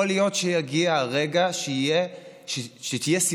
יכול להיות שיגיע הרגע שתהיה סיבה